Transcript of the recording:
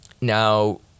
Now